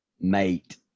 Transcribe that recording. mate